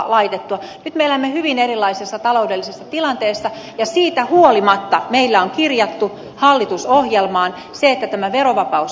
nyt me elämme hyvin erilaisessa taloudellisessa tilanteessa ja siitä huolimatta meillä on kirjattu hallitusohjelmaan se että tämä verovapaus selvitetään